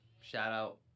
shout-out